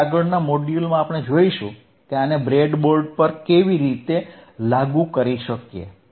હવે આગળના મોડ્યુલમાં આપણે જોઇશુ કે આને બ્રેડબોર્ડ પર કેવી રીતે લાગુ કરી શકીએ